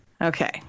Okay